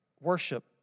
worship